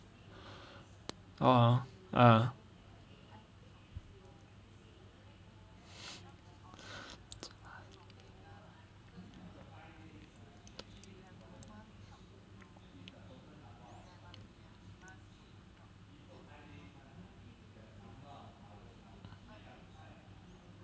orh ya